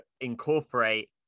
incorporate